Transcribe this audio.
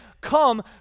come